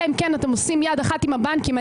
אלא אם כן אתם עושים יד אחת עם הבנקים,